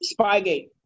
Spygate